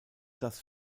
das